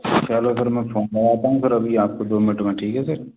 चलो सर मैं फ़ोन लगाता हूँ सर अभी आपको दो मिनट में ठीक है सर